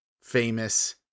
famous